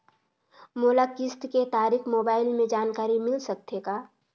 मोला किस्त के तारिक मोबाइल मे जानकारी मिल सकथे का?